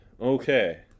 Okay